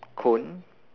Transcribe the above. cone